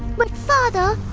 but father!